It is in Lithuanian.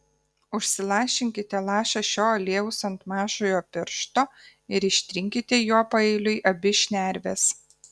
užsilašinkite lašą šio aliejaus ant mažojo piršto ir ištrinkite juo paeiliui abi šnerves